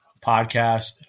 podcast